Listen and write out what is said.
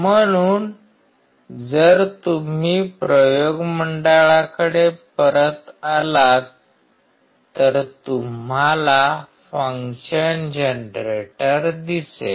म्हणून जर तुम्ही प्रयोग मंडळाकडे परत आलात तर तुम्हाला फंक्शन जनरेटर दिसेल